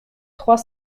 trois